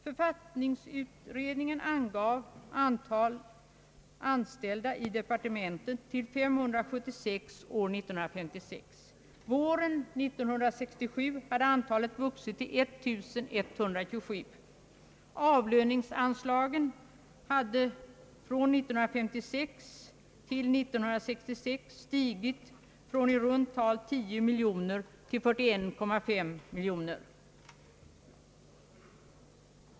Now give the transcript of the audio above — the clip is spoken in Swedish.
Författningsutredningen angav antalet anställda i departementet till 576 år 1956. Våren 1967 hade antalet vuxit till 1127. Avlöningsanslagen hade från 1956 67 stigit från i runt tal i0 miljoner kronor till 41,5 miljoner kronor.